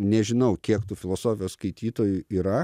nežinau kiek tų filosofijos skaitytojų yra